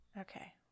Okay